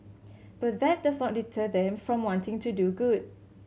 but that does not deter them from wanting to do good